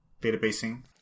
databasing